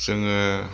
जोङो